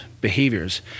behaviors